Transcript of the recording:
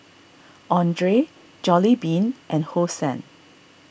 andre Jollibean and Hosen